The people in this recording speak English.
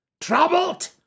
troubled